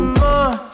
more